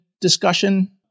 discussion